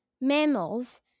mammals